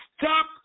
stop